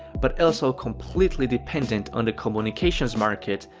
but also completely dependent on the communications market,